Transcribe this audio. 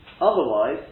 otherwise